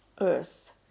earth